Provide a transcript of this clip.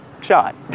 shot